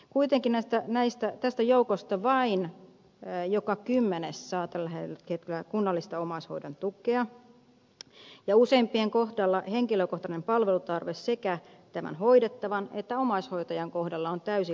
kuitenkin tästä joukosta vain joka kymmenes saa tällä hetkellä kunnallista omaishoidon tukea ja useimpien kohdalla henkilökohtainen palvelutarve sekä tämän hoidettavan että omaishoitajan kohdalla on täysin laiminlyöty